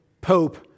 pope